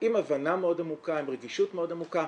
עם הבנה מאוד עמוקה, עם רגישות מאוד עמוקה.